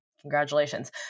congratulations